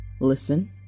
Listen